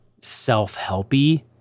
self-helpy